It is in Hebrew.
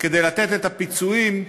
לתת את הפיצויים,